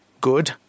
good